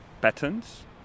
patterns